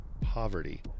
poverty